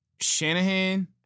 Shanahan